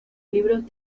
libros